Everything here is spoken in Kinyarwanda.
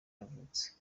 yavutse